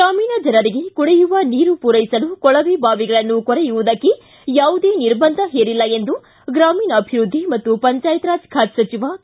ಗ್ರಾಮೀಣ ಜನರಿಗೆ ಕುಡಿಯುವ ನೀರು ಪೂರೈಸಲು ಕೊಳವೆ ಬಾವಿಗಳನ್ನು ಕೊರೆಯುವುದಕ್ಕೆ ಯಾವುದೇ ನಿರ್ಬಂಧ ಹೇರಿಲ್ಲ ಎಂದು ಗ್ರಾಮೀಣಾಭಿವೃದ್ಧಿ ಮತ್ತು ಪಂಚಾಯತ್ರಾಜ್ ಖಾತೆ ಸಚಿವ ಕೆ